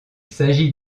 s’agit